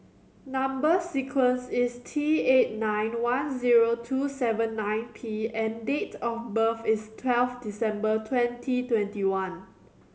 number sequence is T eight nine one zero two seven nine P and date of birth is twelve December twenty twenty one